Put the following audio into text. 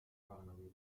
paranoïde